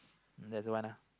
another one lah